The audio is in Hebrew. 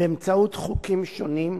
באמצעות חוקים שונים,